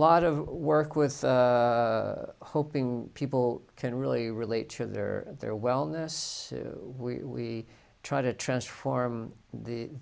lot of work with hoping people can really relate to their their wellness we try to transform